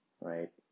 right